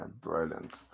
brilliant